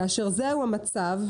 כאשר זהו המצב,